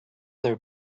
their